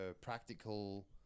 practical